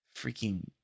freaking